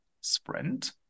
sprint